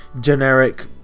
generic